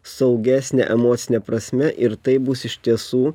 saugesnę emocine prasme ir tai bus iš tiesų